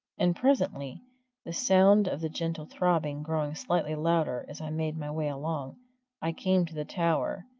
and presently the sound of the gentle throbbing growing slightly louder as i made my way along i came to the tower,